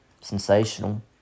Sensational